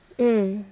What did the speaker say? mm